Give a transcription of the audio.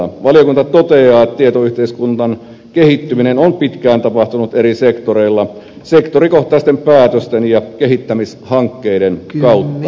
valiokunta toteaa että tietoyhteiskunnan kehittyminen on pitkään tapahtunut eri sektoreilla sektorikohtaisten päätösten ja kehittämishankkeiden kautta